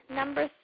number